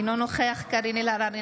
אינו נוכח קארין אלהרר,